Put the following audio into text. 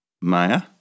Maya